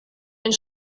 and